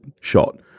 shot